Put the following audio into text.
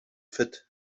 fit